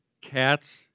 cats